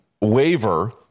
waiver